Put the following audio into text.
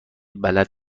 بلد